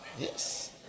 Yes